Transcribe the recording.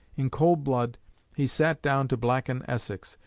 in cold blood he sat down to blacken essex,